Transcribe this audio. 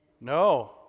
no